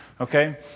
Okay